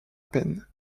peine